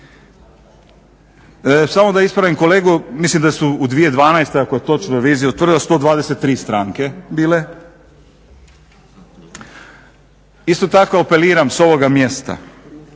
Samo da ispravim kolegu, mislim da su u 2012. ako je točno revizija utvrdila 123 stranke bile. Isto tako apeliram sa ovoga mjesta